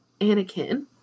Anakin